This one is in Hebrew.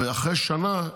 ואחרי שנה,